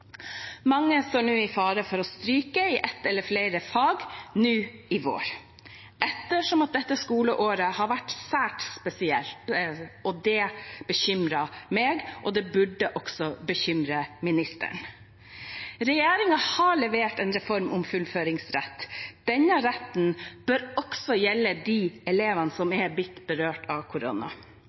Mange står i fare for å stryke i ett eller flere fag nå i vår, ettersom dette skoleåret har vært særs spesielt. Det bekymrer meg, og det burde også bekymre ministeren. Regjeringen har levert en reform om fullføringsrett. Denne retten bør også gjelde de elevene som har blitt berørt av